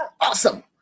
awesome